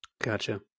Gotcha